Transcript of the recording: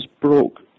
broke